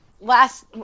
last